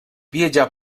viatjà